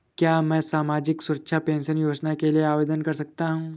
क्या मैं सामाजिक सुरक्षा पेंशन योजना के लिए आवेदन कर सकता हूँ?